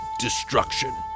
destruction